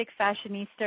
Fashionista